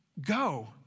go